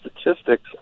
statistics